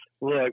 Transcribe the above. Look